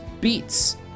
Beats